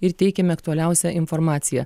ir teikiame aktualiausią informaciją